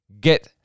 get